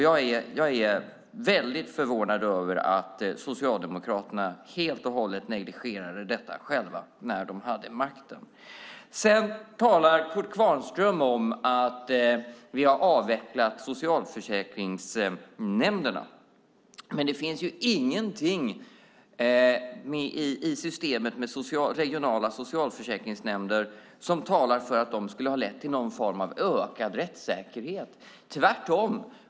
Jag är väldigt förvånad över att Socialdemokraterna helt och hållet negligerade detta när de själva hade makten. Kurt Kvarnström talar om att vi har avvecklat socialförsäkringsnämnderna. Men det finns ingenting i systemet med regionala socialförsäkringsnämnder som talar för att det skulle ha lett till någon form av ökad rättssäkerhet, tvärtom.